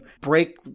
break